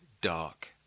dark